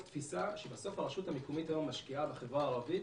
אבל גם מתוך תפיסה שבסוף הרשות המקומית היום משקיעה בחברה הערבית